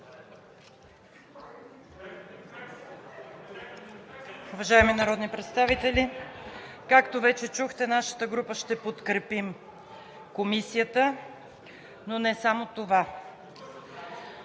Уважаеми народни представители, както вече чухте, нашата група ще подкрепи Комисията, но не само това.